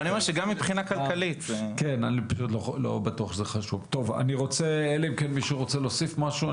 אבל אני אומר שגם מבחינה כלכלית --- מישהו רוצה להוסיף משהו?